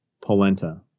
polenta